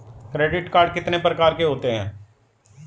Credit card कितने प्रकार के होते हैं?